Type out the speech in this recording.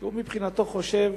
שהוא מבחינתו חושב